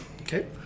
Okay